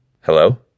Hello